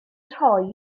rhoi